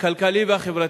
הכלכלי והחברתי.